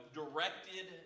directed